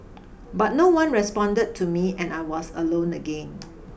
but no one responded to me and I was alone again